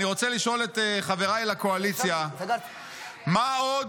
אני רוצה לשאול את חבריי לקואליציה מה עוד